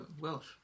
Welsh